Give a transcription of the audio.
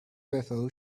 ufo